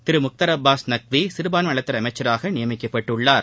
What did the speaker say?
திரு முக்தார் அப்பாஸ் நக்வி சிறுபான்மை நலத்துறை அமைச்சராக நியமிக்கப்பட்டுள்ளார்